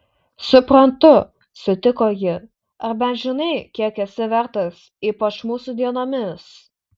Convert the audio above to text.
suprantu sutiko ji ar bent žinai kiek esi vertas ypač mūsų dienomis